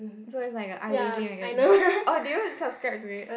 so is like a i-weekly magazine oh do you subscribe to it